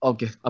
Okay